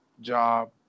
job